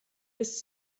bis